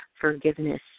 forgiveness